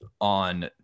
on